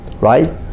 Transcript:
Right